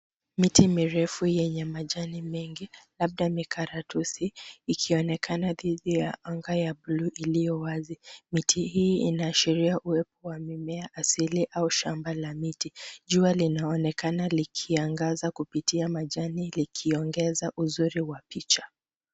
Miti mirefu yenye majani mengi, labda mikaratusi, ikionekana dhidi ya anga ya bluu iliyo wazi. Miti hii inaashiria uwepo wa mimea asili au shamba la miti. Jua linaonekana likiangaza kupitia majani likiongeza uzuri wa picha.